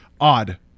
odd